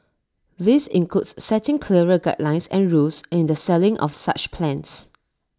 this includes setting clearer guidelines and rules in the selling of such plans